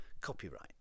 Copyright